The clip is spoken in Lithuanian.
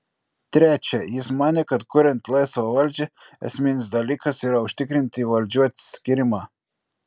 trečia jis manė kad kuriant laisvą valdžią esminis dalykas yra užtikrinti valdžių atskyrimą